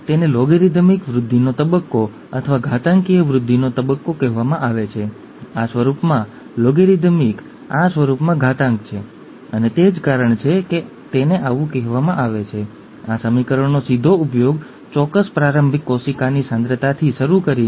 તેથી તમારી પાસે વિવિધ સંયોજનો હોઈ શકે છે બંને મૂડી હોઈ શકે છે તેઓ વૈકલ્પિક હોઈ શકે છે એક હોઈ શકે છે આ એક ટી હોઈ શકે છે આ એક નાનો ટી હોઈ શકે છે અથવા બંને નાના ટી હોઈ શકે છે